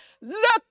Look